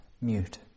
mute